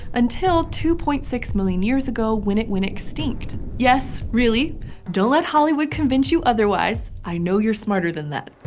until, two point six million years ago, when it went extinct. yes, really don't let hollywood convince you otherwise. i know you're smarter than that.